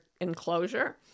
enclosure